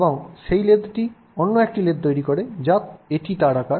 এবং সেই লেদটি অন্য একটি লেদ তৈরি করে যা এর আকার